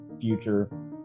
future